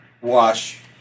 wash